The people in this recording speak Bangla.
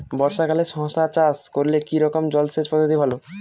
বর্ষাকালে শশা চাষ করলে কি রকম জলসেচ পদ্ধতি ভালো?